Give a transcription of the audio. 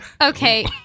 okay